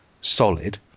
solid